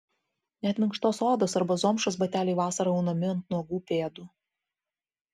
net minkštos odos arba zomšos bateliai vasarą aunami ant nuogų pėdų